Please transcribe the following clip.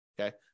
okay